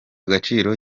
agaciro